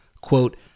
quote